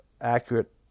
accurate